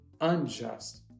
unjust